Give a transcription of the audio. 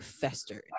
festered